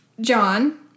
John